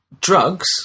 Drugs